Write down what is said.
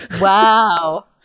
wow